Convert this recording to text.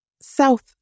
South